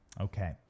Okay